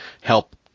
help